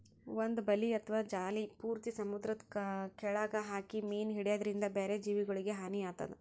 ಒಂದ್ ಬಲಿ ಅಥವಾ ಜಾಲಿ ಪೂರ್ತಿ ಸಮುದ್ರದ್ ಕೆಲ್ಯಾಗ್ ಹಾಕಿ ಮೀನ್ ಹಿಡ್ಯದ್ರಿನ್ದ ಬ್ಯಾರೆ ಜೀವಿಗೊಲಿಗ್ ಹಾನಿ ಆತದ್